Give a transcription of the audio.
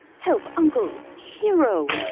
help, uncle! hero!